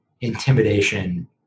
intimidation